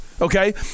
okay